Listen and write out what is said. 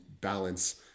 balance